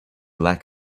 lack